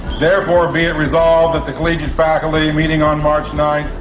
therefore be it resolved that the collegiate faculty meeting on march nine.